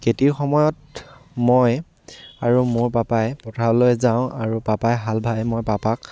খেতিৰ সময়ত মই আৰু মোৰ পাপাই পথাৰলৈ যাওঁ আৰু পাপাই হাল বায় মই পাপাক